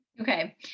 okay